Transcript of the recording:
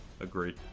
Agreed